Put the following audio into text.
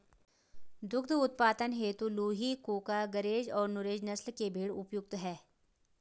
दुग्ध उत्पादन हेतु लूही, कूका, गरेज और नुरेज नस्ल के भेंड़ उपयुक्त है